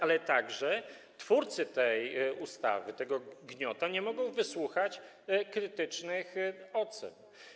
Ale także twórcy tej ustawy, tego gniota nie mogą wysłuchać krytycznych ocen.